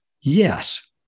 Yes